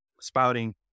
spouting